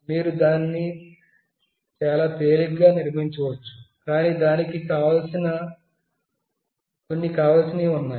మీరు దీన్ని చాలా తేలికగా నిర్మించవచ్చు కాని దానికి కొన్ని కావలిసినవి ఉన్నాయి